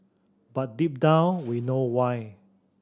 but deep down we know why